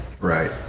Right